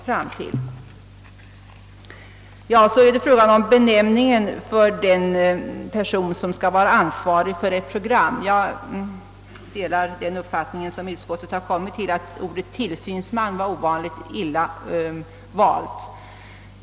När det sedan gäller benämningen på den person som skall vara ansvarig för ett program, så delar jag utskottets uppfattning att ordet tillsynsman är ovanligt illa valt.